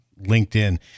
LinkedIn